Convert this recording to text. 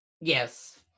Yes